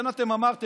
אתה מפלג.